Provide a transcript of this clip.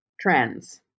trends